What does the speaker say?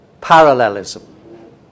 parallelism